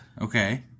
Okay